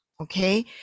Okay